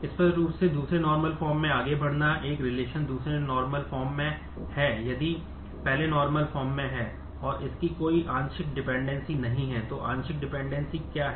स्पष्ट रूप से दूसरे नार्मल फॉर्म में नहीं है